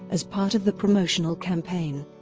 as part of the promotional campaign,